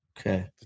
Okay